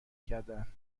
کردهاند